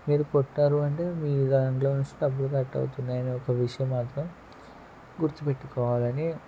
మీరు కొట్టారు అంటే మీరు దాంట్లో నుంచి డబ్బులు కట్ అవుతున్నాయని ఒక విషయం మాత్రం గుర్తుపెట్టుకోవాలని